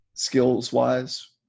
skills-wise